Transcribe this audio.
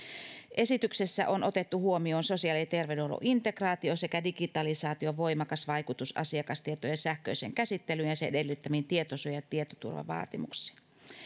esityksessä on otettu huomioon sosiaali ja terveydenhuollon integraatio sekä digitalisaation voimakas vaikutus asiakastietojen sähköiseen käsittelyyn ja sen edellyttämiin tietosuoja ja tietoturvavaatimuksiin